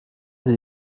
sie